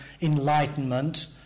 enlightenment